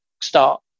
start